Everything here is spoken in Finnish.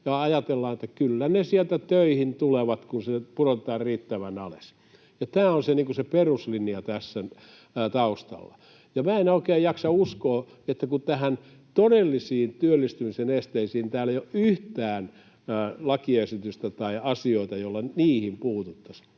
ajatellaan, että kyllä ne sieltä töihin tulevat, kun se pudotetaan riittävän alas. Tämä on niin kuin se peruslinja tässä taustalla. Minä en oikein jaksa uskoa siihen, koska todellisiin työllistymisen esteisiin täällä ei ole yhtään lakiesitystä tai asioita, joilla niihin puututtaisiin